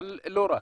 אבל לא רק.